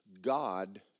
God